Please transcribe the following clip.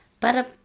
para